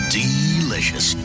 delicious